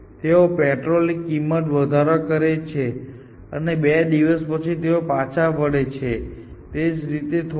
તેઓ પેટ્રોલની કિંમતમાં વધારો કરે છે અને બે દિવસ પછી તેઓ પાછા વળે છે તે જ રીતે થોડું